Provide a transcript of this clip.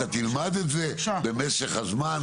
אתה תלמד את זה במשך הזמן,